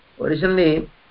Originally